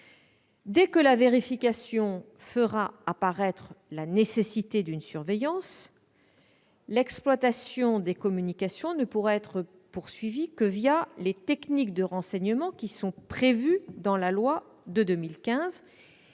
Dès que la vérification fera apparaître la nécessité d'une surveillance, l'exploitation des communications ne pourra être poursuivie que les techniques de renseignement inscrites dans la loi de 2015,